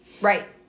Right